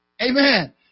Amen